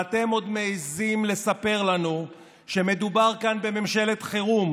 ואתם עוד מעיזים לספר לנו שמדובר כאן בממשלת חירום,